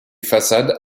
façades